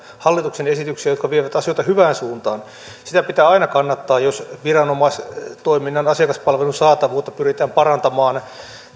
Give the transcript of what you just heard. hallituksen esityksiä jotka vievät asioita hyvään suuntaan sitä pitää aina kannattaa jos viranomaistoiminnan asiakaspalvelun saatavuutta pyritään parantamaan